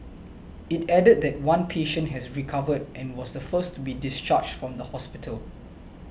it added that one patient has recovered and was the first to be discharged from the hospital